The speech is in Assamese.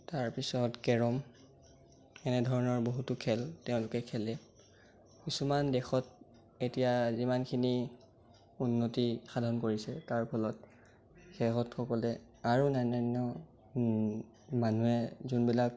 তাৰপিছত কেৰম এনে ধৰণৰ বহুতো খেল তেওঁলোকে খেলে কিছুমান দেশত এতিয়া যিমানখিনি উন্নতি সাধন কৰিছে তাৰ ফলত সিহঁতসকলে আৰু অন্যান্য মানুহে যোনবিলাক